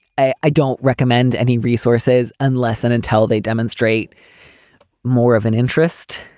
i i don't recommend any resources unless and until they demonstrate more of an interest.